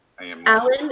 Alan